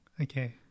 Okay